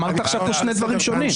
אמרת פה שני דברים שונים.